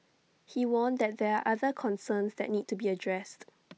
he warned that there are other concerns that need to be addressed